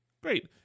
Great